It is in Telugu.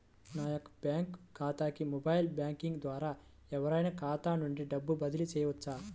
నా యొక్క బ్యాంక్ ఖాతాకి మొబైల్ బ్యాంకింగ్ ద్వారా ఎవరైనా ఖాతా నుండి డబ్బు బదిలీ చేయవచ్చా?